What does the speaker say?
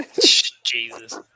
Jesus